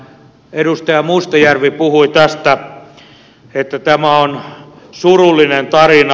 edustaja mustajärvi puhui tästä että tämä on surullinen tarina